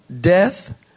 Death